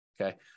Okay